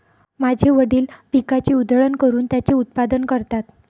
माझे वडील पिकाची उधळण करून त्याचे उत्पादन करतात